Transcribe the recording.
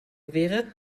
wäre